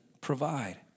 provide